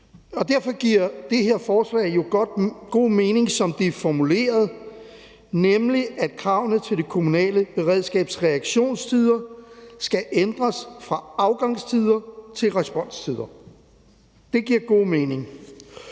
Derfor giver det her forslag jo god mening, som det er formuleret, nemlig at kravene til det kommunale beredskabs reaktionstider skal ændres fra afgangstider til responstider. Det giver god mening.